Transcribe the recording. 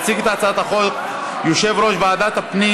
יציג את הצעת החוק יושב-ראש ועדת הפנים